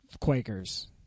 Quakers